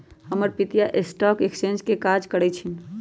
हमर पितिया stock exchange में काज करइ छिन्ह